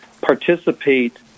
participate